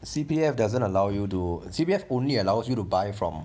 C_P_F doesn't allow you to C_P_F only allows you to buy from